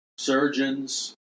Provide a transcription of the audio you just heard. Surgeons